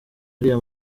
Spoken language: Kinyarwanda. ariya